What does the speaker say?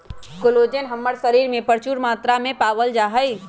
collagen हमर शरीर में परचून मात्रा में पावल जा हई